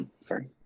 Sorry